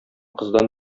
кыздан